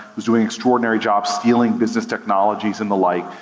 who's doing extraordinary jobs stealing business technologies and the like,